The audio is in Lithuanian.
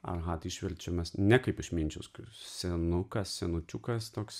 ahat išverčiamas ne kaip išminčius senukas senučiukas toks